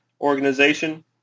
organization